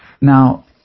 Now